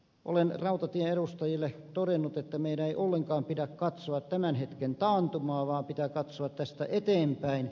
olen rautatien edustajille todennut että meidän ei ollenkaan pidä katsoa tämän hetken taantumaan vaan pitää katsoa tästä eteenpäin